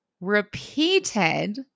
repeated